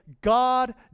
God